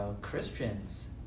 Christians